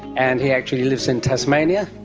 and he actually lives in tasmania,